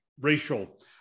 racial